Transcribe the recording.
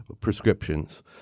prescriptions